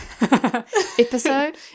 Episode